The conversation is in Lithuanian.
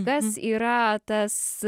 kas yra tas